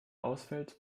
ausfällt